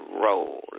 roll